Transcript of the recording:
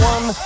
One